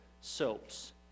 soaps